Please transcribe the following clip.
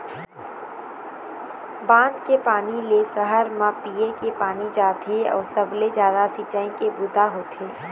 बांध के पानी ले सहर म पीए के पानी जाथे अउ सबले जादा सिंचई के बूता होथे